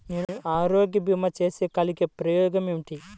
నేను ఆరోగ్య భీమా చేస్తే కలిగే ఉపయోగమేమిటీ?